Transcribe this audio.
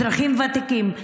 אזרחים ותיקים,